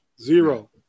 Zero